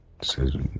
says